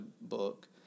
book